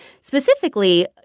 specifically